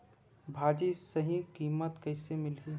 भाजी सही कीमत कइसे मिलही?